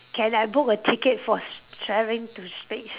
can I book a ticket for s~ traveling to space